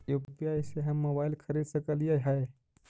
UPI से हम mobile खरिद सकलिऐ है